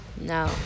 No